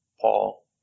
Paul